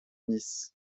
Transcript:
nice